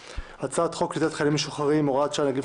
הצעת חוק קליטת חיילים משוחררים (הוראת שעה נגיף